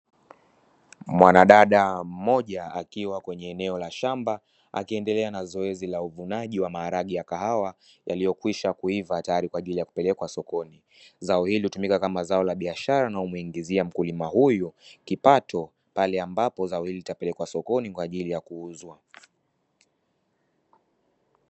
Mwanadada mmoja akiwa kwenye eneo la shamba, akiendelea na zoezi la uvunaji wa maharage ya kahawa, yaliyokwisha kuiva tayari kwa ajili ya kupelekwa sokoni. Zao hili hutumika kama zao la biashara linalomuingizia mkulima huyu kipato, pale ambapo zao hili litapelekwa sokoni kwa ajili ya kuuzwa.